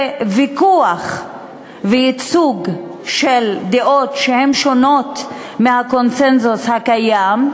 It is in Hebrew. וויכוח וייצוג של דעות שהן שונות מהקונסנזוס הקיים,